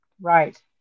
Right